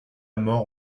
mort